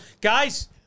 guys